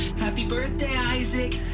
happy birthday, isaac!